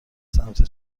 سمت